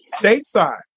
stateside